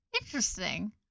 Interesting